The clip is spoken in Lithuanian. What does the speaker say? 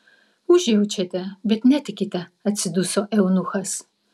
užjaučiate bet netikite atsiduso eunuchas